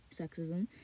Sexism